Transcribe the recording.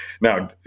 Now